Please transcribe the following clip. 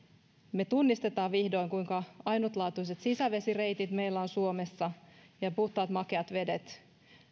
me tunnistamme vihdoin kuinka ainutlaatuiset sisävesireitit meillä on suomessa ja puhtaat makeat vedet